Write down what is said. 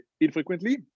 infrequently